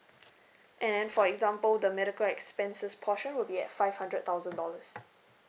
and then for example the medical expenses portion will be at five hundred thousand dollars